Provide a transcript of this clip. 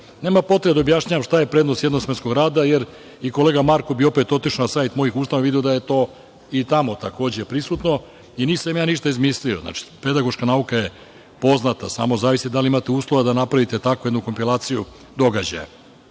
rad. Nema potrebe da objašnjavam šta je prednost jednosmenskog rada, jer kolega Marko bi opet otišao na sajt i video da je to i tamo takođe prisutno. Nisam ja ništa izmislio. Pedagoška nauka je poznata, ali samo zavisi da li imate uslove da napravite takvu jednu kompilaciju događaja.